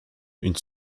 une